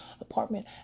apartment